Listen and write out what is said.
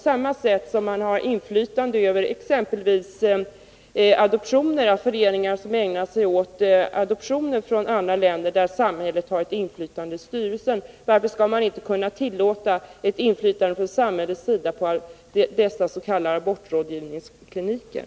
Samhället har ju ett inflytande över adoptioner, där det finns ett statligt styrelseinflytande i föreningar som ägnar sig åt adoption från andra länder. Varför skall man inte kunna tillåta ett inflytande från samhällets sida på dessa s.k. abortrådgivningskliniker?